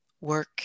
work